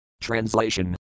Translation